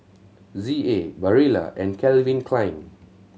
Z A Barilla and Calvin Klein